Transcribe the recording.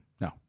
No